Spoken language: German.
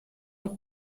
auch